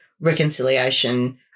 reconciliation